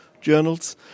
journals